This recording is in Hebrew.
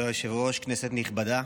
כבוד היושב-ראש, כנסת נכבדה,